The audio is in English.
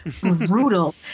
Brutal